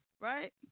right